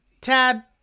Tad